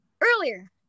earlier